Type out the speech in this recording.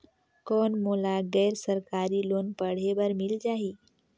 कौन मोला गैर सरकारी लोन पढ़े बर मिल जाहि?